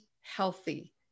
healthy